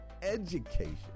education